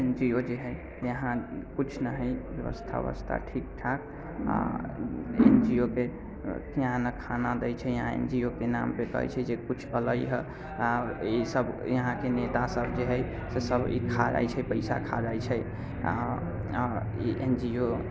N G O जे हइ यहाँ किछु नहि हइ बेबस्था वेबस्था ठीक ठाक एन जी ओ के यहाँ नहि खाना दै छै यहाँ एन जी ओ के नामपर कहै छै जे किछु अएलै हइ ईसब यहाँके नेतासब जे हइ से सब ई खा जाइ छै पइसा खा जाइ छै आओर आओर एन जी ओ